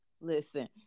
Listen